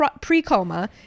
Pre-coma